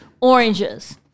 oranges